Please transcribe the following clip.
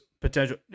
potential